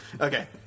Okay